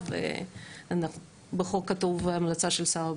אפשר לשאול שאלה?